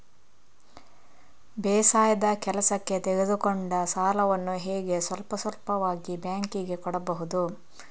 ಬೇಸಾಯದ ಕೆಲಸಕ್ಕೆ ತೆಗೆದುಕೊಂಡ ಸಾಲವನ್ನು ಹೇಗೆ ಸ್ವಲ್ಪ ಸ್ವಲ್ಪವಾಗಿ ಬ್ಯಾಂಕ್ ಗೆ ಕೊಡಬಹುದು?